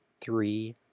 three